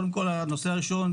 הנושא הראשון,